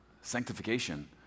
Sanctification